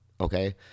okay